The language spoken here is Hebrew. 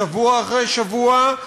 שבוע אחרי שבוע,